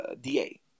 DA